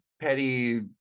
petty